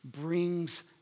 brings